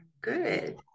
good